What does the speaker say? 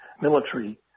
military